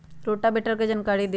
Rotavator के जानकारी दिआउ?